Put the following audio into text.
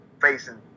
facing